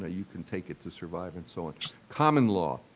ah you can take it to survive and so on. common law.